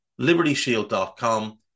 libertyshield.com